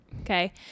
Okay